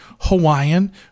Hawaiian